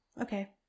Okay